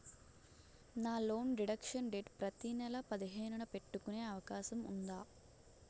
నా loan deduction date ప్రతి నెల పదిహేను న పెట్టుకునే అవకాశం ఉందా?